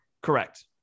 Correct